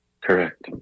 Correct